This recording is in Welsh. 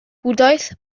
bwdhaeth